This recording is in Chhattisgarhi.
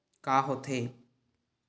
का होथे?